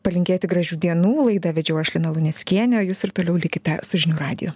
palinkėti gražių dienų laidą vedžiau aš lina luneckienė o jūs ir toliau likite su žinių radiju